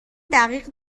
دقیق